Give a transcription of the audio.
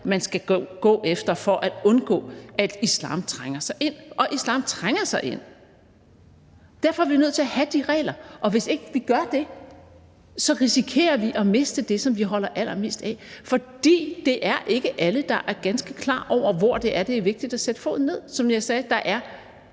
man skal gå efter for at undgå, at islam trænger sig ind, og islam trænger sig ind. Derfor er vi nødt til at have de regler. Hvis ikke vi har dem, risikerer vi at miste det, som vi holder allermest af, for det er ikke alle, der er ganske klar over, hvor det er vigtigt at sætte foden ned. Som jeg sagde, er der